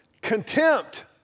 Contempt